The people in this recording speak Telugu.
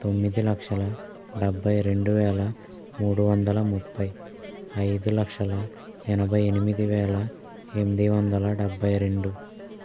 తొమ్మిది లక్షల డెబ్బై రెండు వేల మూడు వందల ముప్పై అయిదు లక్షల ఎనభై ఎనిమిది వేల ఎనిమిది వందల డెబ్బై రెండు